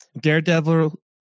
Daredevil